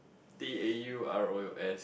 Taurus